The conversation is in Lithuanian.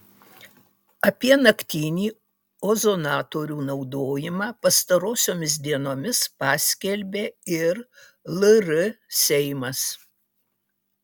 apie naktinį ozonatorių naudojimą pastarosiomis dienomis paskelbė ir lr seimas